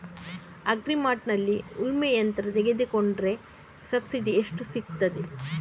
Agri ಮಾರ್ಟ್ನಲ್ಲಿ ಉಳ್ಮೆ ಯಂತ್ರ ತೆಕೊಂಡ್ರೆ ಸಬ್ಸಿಡಿ ಎಷ್ಟು ಸಿಕ್ತಾದೆ?